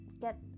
get